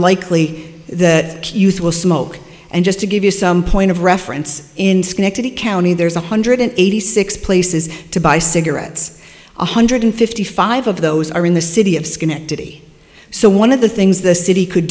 likely the youth will smoke and just to give you some point of reference in schenectady county there's one hundred eighty six places to buy cigarettes one hundred fifty five of those are in the city of schenectady so one of the things the city could